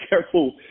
careful